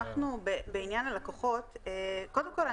קודם כל,